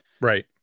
right